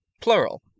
Plural